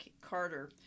Carter